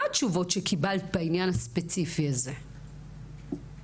מה התשובות שקיבלת בעניין הספציפי הזה, אם בכלל?